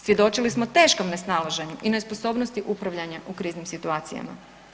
Svjedočili smo teškom nesnalaženju i nesposobnosti upravljanja u kriznim situacijama.